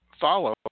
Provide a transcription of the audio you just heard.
follow